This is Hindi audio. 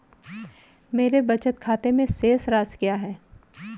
मेरे बचत खाते में शेष राशि क्या है?